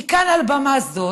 כי כאן על במה זו